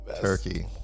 Turkey